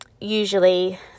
usually